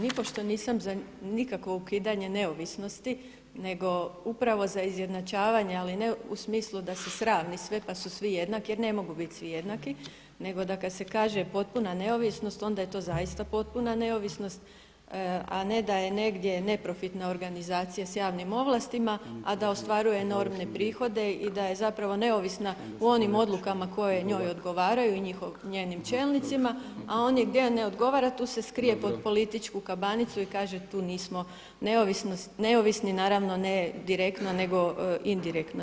Nipošto nisam za nikakvo ukidanje neovisnosti nego upravo za izjednačavanje, ali ne u smislu da se sravni sve pa su svi jednaki jer ne mogu biti svi jednaki, nego kada se kaže potpuna neovisnost onda je to zaista potpuna neovisnost, a ne da je negdje neprofitna organizacija sa javnim ovlastima, a da ostvaruje enormne prihode i da je neovisna u onim odlukama koje njoj odgovaraju i njenim čelnicima, a oni gdje ne odgovara tu se skrije pod političku kabanicu i kaže tu nismo neovisni, naravno ne direktno nego indirektno.